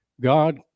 God